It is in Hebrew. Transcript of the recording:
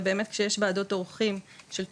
ובאמת כשיש ועדות עורכים של תוכניות,